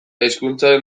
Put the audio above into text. hizkuntzaren